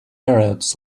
arabs